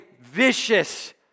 vicious